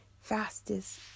fastest